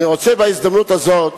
אני רוצה בהזדמנות הזאת